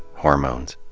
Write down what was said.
hormones?